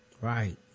Right